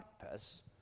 purpose